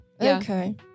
Okay